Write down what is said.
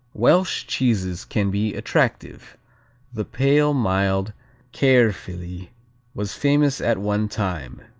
welsh cheeses can be attractive the pale, mild caerphilly was famous at one time,